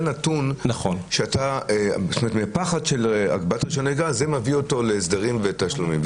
כלומר הפחד מהגבלת רישיון הנהיגה מביא אותו להסדרים ולתשלומים.